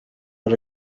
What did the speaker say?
are